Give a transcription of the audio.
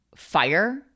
Fire